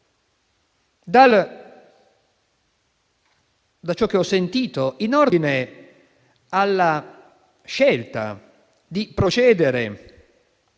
da ciò che ho sentito in ordine alla scelta di procedere,